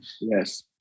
yes